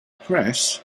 press